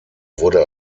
wurde